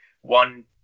one